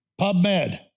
PubMed